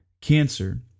cancer